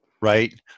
Right